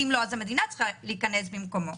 כי אם לא אז המדינה צריכה להיכנס במקומו.